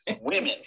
women